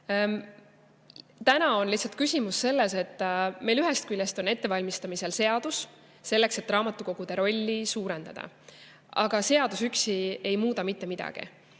Täna on lihtsalt küsimus selles, et meil on ettevalmistamisel seadus, selleks et raamatukogude rolli suurendada, aga seadus üksi ei muuda mitte midagi.